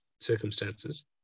circumstances